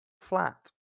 flat